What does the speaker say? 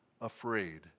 afraid